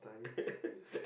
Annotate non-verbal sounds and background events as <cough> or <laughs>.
<laughs>